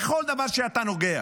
בכל דבר שאתה נוגע,